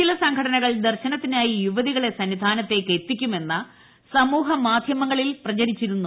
ചില സംഘടനകൾ ദർശനത്തിനായി ്യൂവതികളെ സന്നിധാനത്തേക്ക് എത്തിക്കുമെന്ന സമൂഹമാധ്യ്മങ്ങളീൽ പ്രചരിച്ചിരുന്നു